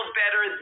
better